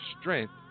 strength